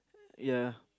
ya